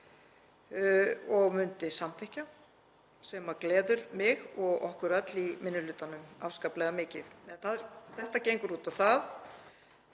og myndi samþykkja, sem gleður mig og okkur öll í minni hlutanum afskaplega mikið. Þetta gengur út á það